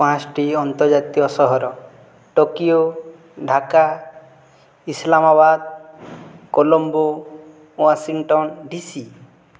ପାଞ୍ଚଟି ଅର୍ନ୍ତଜାତୀୟ ସହର Tokyo Dhaka Islamabad Colombo Washington DC